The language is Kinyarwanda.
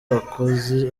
bakoze